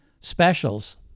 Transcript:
specials